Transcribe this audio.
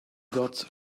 gods